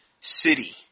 city